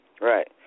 Right